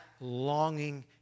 longing